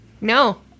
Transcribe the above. No